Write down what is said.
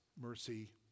mercy